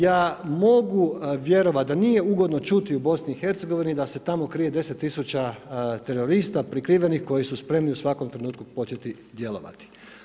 Ja mogu vjerovati da nije ugodno čuti u BiH da se tamo krije 10.000 terorista prikrivenih koji su spremni u svakom trenutku početi djelovati.